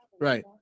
right